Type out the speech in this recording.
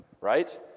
right